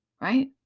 right